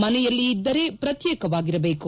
ಮನೆಯಲ್ಲಿ ಇದ್ದರೆ ಪ್ರತ್ಯೇಕವಾಗಿರಬೇಕು